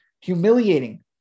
humiliating